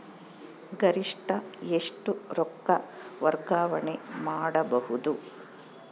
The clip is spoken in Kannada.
ಗರಿಷ್ಠ ಎಷ್ಟು ರೊಕ್ಕ ವರ್ಗಾವಣೆ ಮಾಡಬಹುದು?